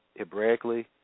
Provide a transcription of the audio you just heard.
Hebraically